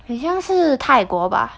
好像是泰国吧